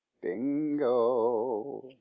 Bingo